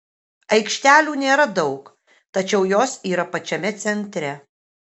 aikštelių nėra daug tačiau jos yra pačiame centre